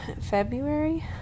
February